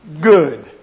Good